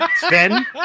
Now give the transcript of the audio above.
Sven